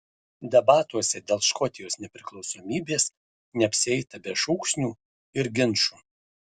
debatuose dėl škotijos nepriklausomybės neapsieita be šūksnių ir ginčų